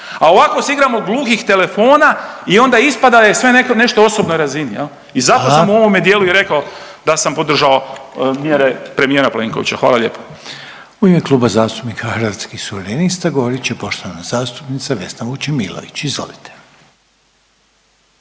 A ovako se igramo gluhih telefona i onda ispada da je sve nešto osobnoj razini. .../Upadica: Hvala./... I zato sam u ovome dijelu i rekao da sam podržao mjere premijera Plenkovića. Hvala lijepo. **Reiner, Željko (HDZ)** U ime Kluba zastupnika Hrvatskih suverenista govorit će poštovana zastupnica Vesna Vučemilović, izvolite.